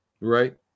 Right